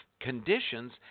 conditions